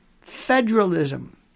Federalism